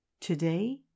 Today